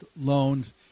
loans